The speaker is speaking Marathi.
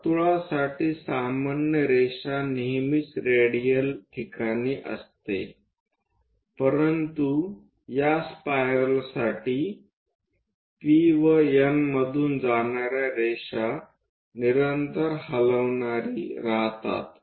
वर्तुळासाठी सामान्य रेषा नेहमीच रेडियल ठिकाणी असते परंतु या स्पायरलसाठी P व N मधून जाणाऱ्या रेषा निरंतर हलविणारी राहतात